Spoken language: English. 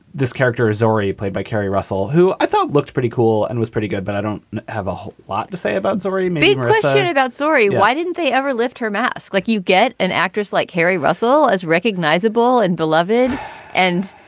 this character has already played by keri russell, who i thought looks pretty cool and was pretty good, but i don't have a whole lot to say about sorry, and about sorry why didn't they ever lift her mask? like you get an actress like harry russell as recognizable and beloved and